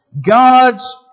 God's